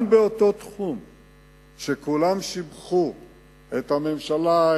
גם באותו תחום שכולם שיבחו את הממשלה,